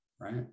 right